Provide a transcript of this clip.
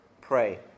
pray